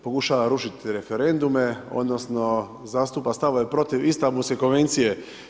Pokušava rušiti referendume, odnosno zastupa stavove protiv Istanbulske konvencije.